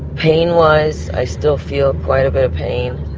pain-wise i still feel quite a bit of pain.